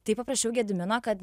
tai paprašiau gedimino kad